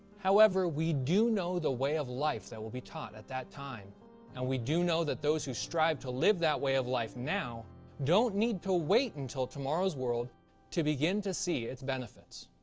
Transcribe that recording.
however we do know the way of life that will be taught at that time and we do know that those who strive to live that way of life now don't need to wait until tomorrow's world to begin to see it's benefits.